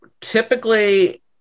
typically